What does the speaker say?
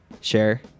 share